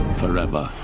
forever